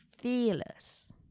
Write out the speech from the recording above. fearless